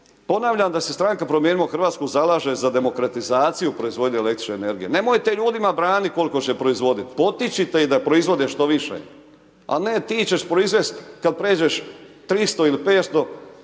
ponavljam da se stranka Promijenimo Hrvatsku, zalaže za demokratizaciju proizvodnje el. energije. Nemojte ljudima braniti koliko će proizvoditi, potičete ih da proizvode što više. Ali, ne ti ćeš proizvesti kada pređeš 300 ili 500